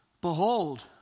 behold